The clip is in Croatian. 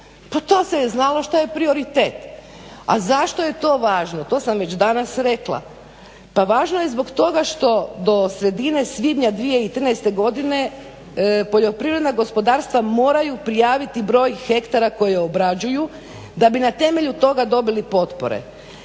Pa to se je znalo što je prioritet. A zašto je to važno? To sam već danas rekla, pa važno je zbog toga što do sredine svibnja 2013. godine poljoprivredna gospodarstva moraju prijaviti broj hektara koje obrađuju da bi na temelju toga dobili potpore.